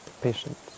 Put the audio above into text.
patience